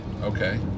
Okay